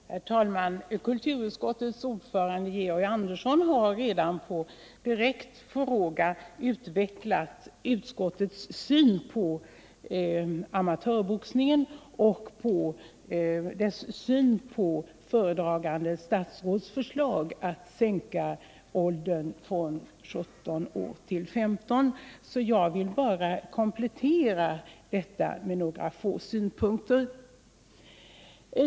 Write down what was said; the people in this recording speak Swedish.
Herr talman! Kulturutskottets ordförande Georg Andersson har på en irekt fråga utvecklat utskottets inställning till amatörboxningen och dess yn på föredragande statsrådets förslag att sänka åldern från 17 till 15 år. Jag ill bara komplettera detta med några få synpunkter.